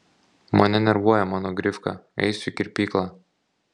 mane nervuoja mano grifka eisiu į kirpyklą